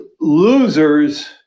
losers